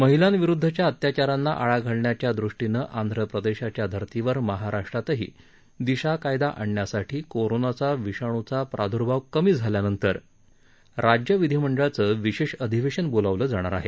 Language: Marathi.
महिलांविरुदधच्या अत्याचारांना आळा घालण्याच्या दृष्टीनं आंध प्रदेशाच्या धर्तीवर महाराष्ट्रातही दिशा कायदा आणण्यासाठी कोरोनाचा विषाणूचा प्राद्र्भाव कमी झाल्यानंतर राज्य विधिमंडळाचं विशेष अधिवेशन बोलावलं जाणार आहे